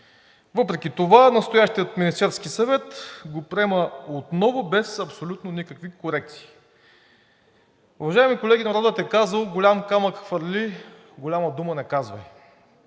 Въпреки това настоящият Министерски съвет го приема отново без абсолютно никакви корекции. Уважаеми колеги, народът е казал: „Голям камък хвърли, голяма дума не казвай!“